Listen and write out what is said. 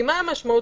מה המשמעות?